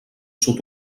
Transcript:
sud